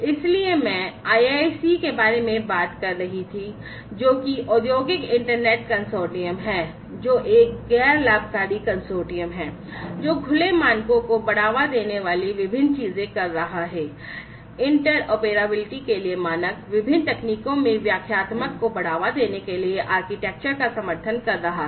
इसलिए मैं IIC के बारे में बात कर रहा था जो कि औद्योगिक इंटरनेट कंसोर्टियम है जो एक गैर लाभकारी कंसोर्टियम है जो खुले मानकों को बढ़ावा देने वाली विभिन्न चीजें कर रहा है इंटरऑपरेबिलिटी के लिए मानक विभिन्न तकनीकों में व्याख्यात्मकता को बढ़ावा देने के लिए आर्किटेक्चर का समर्थन कर रहा है